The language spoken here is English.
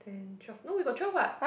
and twelve no we got twelve what